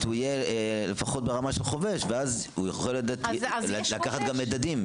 יהיה לפחות ברמה של חובש ואז הוא יכול לקחת גם מדדים.